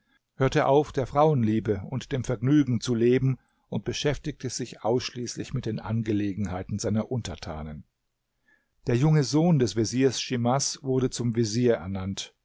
hörte auf der frauenliebe und dem vergnügen zu leben und beschäftigte sich ausschließlich mit den angelegenheiten seiner untertanen der junge sohn des veziers schimas wurde zum vezier ernannt